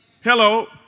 Hello